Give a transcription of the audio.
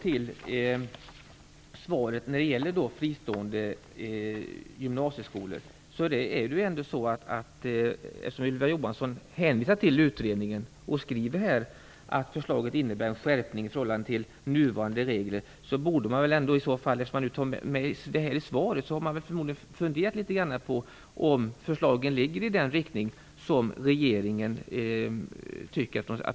I svaret som gäller de fristående gymnasieskolorna hänvisar Ylva Johansson till utredningen och skriver att förslaget innebär en skärpning i förhållande till nuvarande regler. Eftersom detta finns med i svaret har regeringen förmodligen funderat litet grand på om förslagen går i den riktning som regeringen vill.